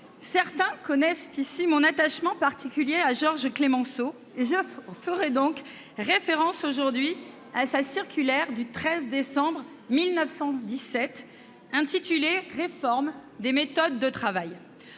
certains connaissent ici mon attachement particulier à Georges Clemenceau. Je ferai donc référence, aujourd'hui, à sa circulaire du 13 décembre 1917 intitulée « Réforme des méthodes de travail »,